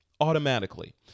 automatically